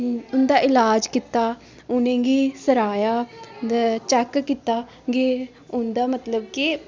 उं'दा ईलाज कीता उनें गी सरहाया ते चैक कीता गे उन्दा मतलब कि